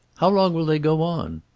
how long will they go on?